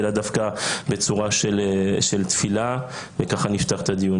אלא דווקא בצורה של תפילה וככה נפתח את הדיון.